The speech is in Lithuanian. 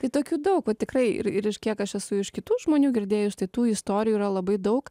tai tokių daug va tikrai ir ir iš kiek aš esu iš kitų žmonių girdėjus tai tų istorijų yra labai daug